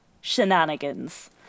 shenanigans